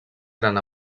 eren